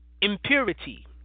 impurity